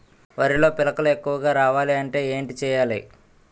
వరిలో పిలకలు ఎక్కువుగా రావాలి అంటే ఏంటి చేయాలి?